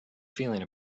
feeling